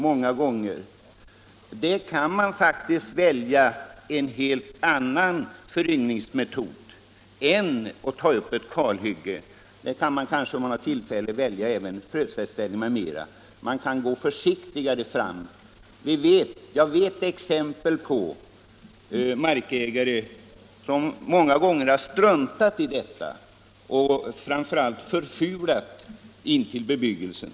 Man kan där välja en helt annan föryngringsmetod än att ta upp ett kalhygge. Man kan t.ex., om man har tillfälle till det, välja metoden med fröträdställning och därigenom gå försiktigare fram. Jag känner till markägare som struntat i detta och som därigenom har förfulat naturen inpå bebyggelsen.